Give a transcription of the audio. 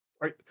right